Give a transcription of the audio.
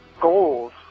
goals